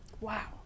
Wow